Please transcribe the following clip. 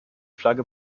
flagge